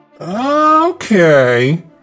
Okay